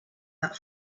that